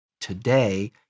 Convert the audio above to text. today